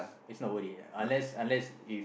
it's not worth it unless unless if